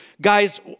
Guys